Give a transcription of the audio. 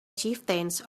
chieftains